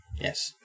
Yes